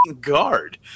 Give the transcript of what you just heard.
guard